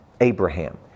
Abraham